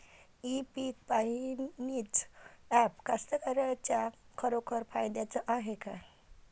इ पीक पहानीचं ॲप कास्तकाराइच्या खरोखर फायद्याचं हाये का?